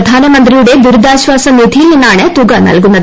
പ്രധാനമന്ത്രിയുടെ ദുരിതാശ്വാസ നിധിയിൽ നിന്നാണ് തുക നൽകുന്നത്